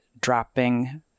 dropping